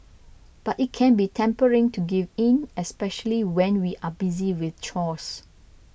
but it can be tempting to give in especially when we are busy with chores